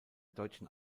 deutschen